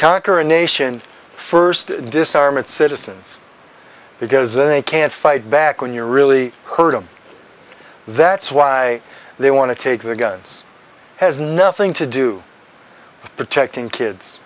conquer a nation first disarm its citizens because they can't fight back when you're really hurt them that's why they want to take their guns has nothing to do protecting kids